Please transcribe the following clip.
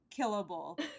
killable